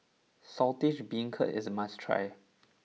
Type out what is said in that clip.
Saltish Beancurd is a must try